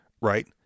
right